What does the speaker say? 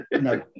No